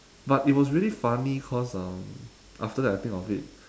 but it was really funny cause um after that I think of it